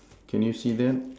can you see that